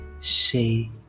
say